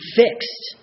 fixed